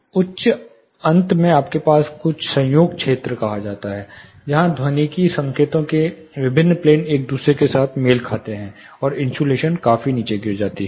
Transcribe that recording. उच्च अंत में आपके पास कुछ संयोग क्षेत्र कहा जाता है जहां ध्वनिकी संकेतों के विभिन्न प्लेन एक दूसरे के साथ मेल खाते हैं और इन्सुलेशन काफी नीचे गिर जाती है